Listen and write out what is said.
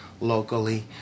locally